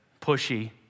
pushy